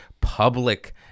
public